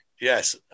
yes